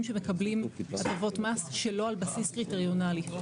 שמקבלים הטבות מס שלא על בסיס קריטריונאלי.